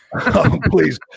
Please